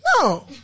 no